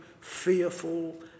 fearful